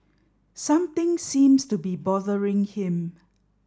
something seems to be bothering him